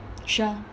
sure